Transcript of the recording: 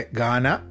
Ghana